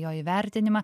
jo įvertinimą